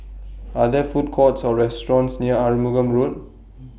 Are There Food Courts Or restaurants near Arumugam Road